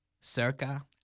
Circa